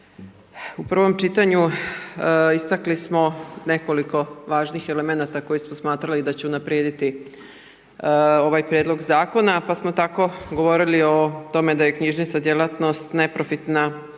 u prvom čitanju istakli smo nekoliko važnih elemenata koje smo smatrali da će unaprijediti ovaj prijedlog zakona pa smo tako govorili o tome da je knjižnica djelatnost neprofitna i